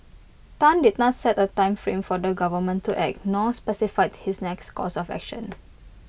Tan did not set A time frame for the government to act nor specified his next course of action